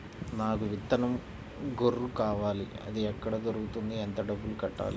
నాకు విత్తనం గొర్రు కావాలి? అది ఎక్కడ దొరుకుతుంది? ఎంత డబ్బులు కట్టాలి?